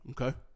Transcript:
Okay